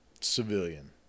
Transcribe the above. civilian